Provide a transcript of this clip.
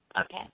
Okay